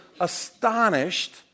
astonished